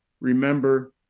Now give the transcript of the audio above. remember